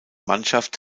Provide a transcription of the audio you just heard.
mannschaft